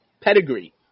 Pedigree